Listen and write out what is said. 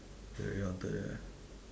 very haunted there